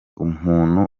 umuntu